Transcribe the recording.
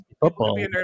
football